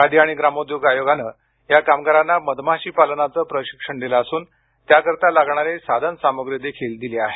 खादी ग्रामोद्योग आयोगानं या कामगारांना मधमाशी पालनाचं प्रशिक्षण दिलं असून त्याकरता लागणारी साधनसामुग्रीदेखील दिली आहे